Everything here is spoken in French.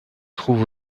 trouve